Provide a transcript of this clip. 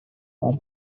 your